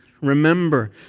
remember